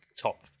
top